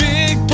Big